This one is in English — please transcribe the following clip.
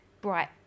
bright